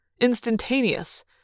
instantaneous